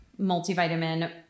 multivitamin